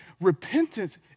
Repentance